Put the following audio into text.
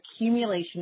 accumulation